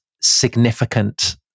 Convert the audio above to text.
significant